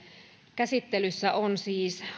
käsittelyssä on siis